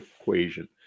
equation